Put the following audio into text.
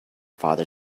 father